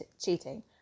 cheating